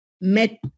met